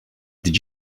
did